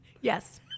Yes